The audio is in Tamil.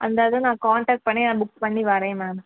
அந்த இதை நான் காண்டக்ட் பண்ணி புக் பண்ணி வரேன் மேம்